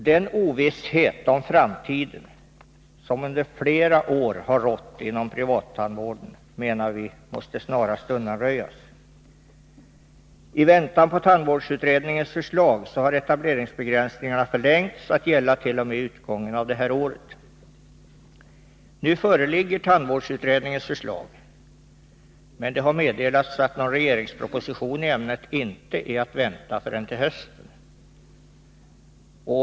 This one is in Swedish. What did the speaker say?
Den ovisshet om framtiden som under flera år rått inom privattandvården måste snarast undanröjas. I väntan på tandvårdsutredningens förslag har etableringsbegränsningarna förlängts att gälla t.o.m. utgången av detta år. Nu föreligger tandvårdsutredningens förslag, men det har meddelats att någon regeringsproposition i ärendet inte är att vänta förrän till hösten.